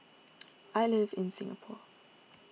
I live in Singapore